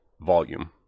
volume